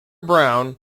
brown